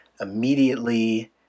Immediately